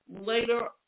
later